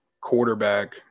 quarterback